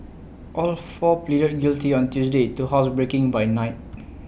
all four pleaded guilty on Tuesday to housebreaking by night